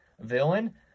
villain